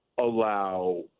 allow